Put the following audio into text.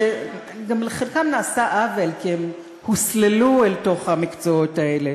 שלחלקם נעשה עוול כי הם הוסללו אל תוך המקצועות האלה,